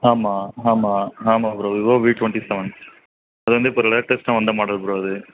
ஆமாம் ஆமாம் ஆமாம் bro Vivo V twenty seven அது வந்து இப்போ லேட்டஸ்ட்டாக வந்த மாடல் ப்ரோ அது